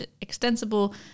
extensible